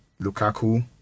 lukaku